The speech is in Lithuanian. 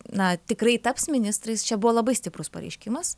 na tikrai taps ministrais čia buvo labai stiprus pareiškimas